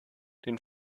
den